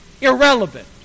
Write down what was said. irrelevant